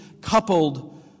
coupled